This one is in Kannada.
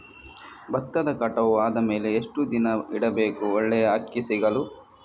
ಭತ್ತ ಕಟಾವು ಆದಮೇಲೆ ಎಷ್ಟು ದಿನ ಇಡಬೇಕು ಒಳ್ಳೆಯ ಅಕ್ಕಿ ಸಿಗಲು?